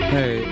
Hey